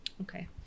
Okay